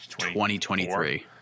2023